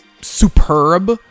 superb